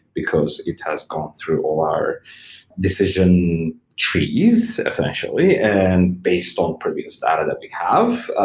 because it has gone through all our decision trees essentially. and based on previous data that we have, ah